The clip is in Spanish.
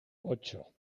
ocho